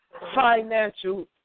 financial